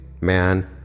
man